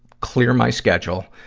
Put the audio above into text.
clear my schedule.